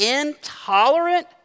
intolerant